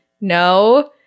no